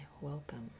welcome